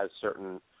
certain